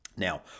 Now